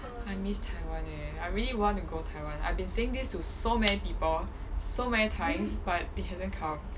I miss taiwan leh I really want to go taiwan I've been saying this to so many people so many times but it hasn't come